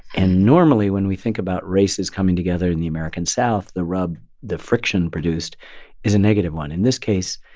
and normally, when we think about races coming together in the american south, the rub, the friction, produced is a negative one in this case,